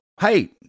hey